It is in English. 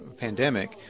pandemic